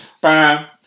bam